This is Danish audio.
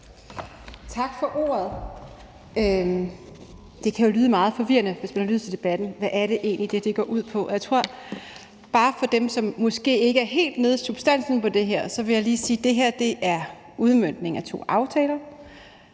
Tak for ordet. Det kan jo lyde meget forvirrende, hvis man har lyttet til debatten: Hvad er det egentlig, det her går ud på? Jeg tror, at bare for dem, som måske ikke er helt nede i substansen af det her, vil jeg sige, at det her er en udmøntning af to aftaler,